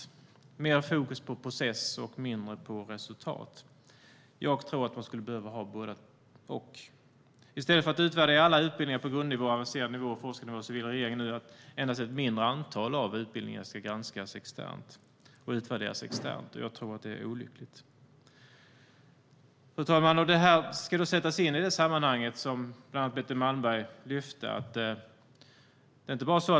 Man lägger mer fokus på process och mindre på resultat, men jag tror att både och behövs. I stället för att utvärdera alla utbildningar på grundnivå, avancerad nivå, forskningsnivå och så vidare vill regeringen nu att endast ett mindre antal av utbildningarna ska granskas och utvärderas externt. Jag tror att det är olyckligt. Fru talman! Detta ska sättas in i det sammanhang som bland andra Betty Malmberg lyfte upp.